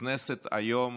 בכנסת היום